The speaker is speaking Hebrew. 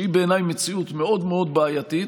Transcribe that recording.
שהיא בעיניי מציאות מאוד מאוד בעייתית,